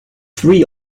three